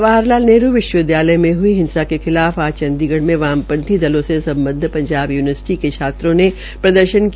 जवाहर लाल नेहरू विश्वविदयाय में हई हिंसा के खिलाफ आज चंडीगढ़ में वामपंथी दलों से संमद्वपंजाब यूनिवर्सिटी के छात्रों ने प्रदर्शन किया